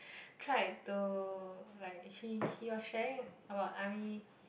tried to like he he was sharing about army